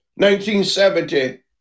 1970